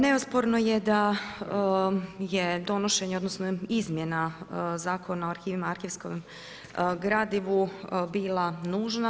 Neosporno je da je donošenje odnosno izmjena Zakona o arhivima i arhivskom gradivu bila nužna.